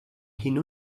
hin